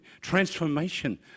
transformation